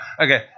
okay